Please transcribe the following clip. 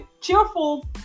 cheerful